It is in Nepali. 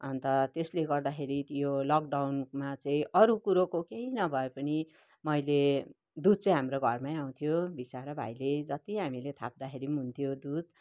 अन्त त्यसले गर्दाखेरि यो लकडाउनमा चाहिँ अरू कुरोको केही नभए पनि मैले दुध चाहिँ हाम्रो घरमै आउँथ्यो बिचरा भाइले जति हामीले थाप्दाखेरि पनि हुन्थ्यो दुध